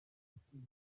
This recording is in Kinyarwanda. watewe